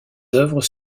œuvres